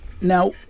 Now